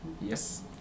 yes